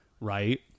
right